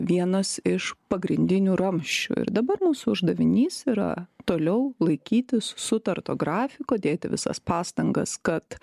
vienas iš pagrindinių ramsčių ir dabar mūsų uždavinys yra toliau laikytis sutarto grafiko dėti visas pastangas kad